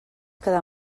quedar